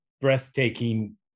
breathtaking